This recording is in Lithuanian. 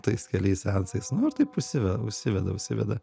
tais keliais seansais nu ir taip užsiveda užsiveda užsiveda